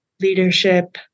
leadership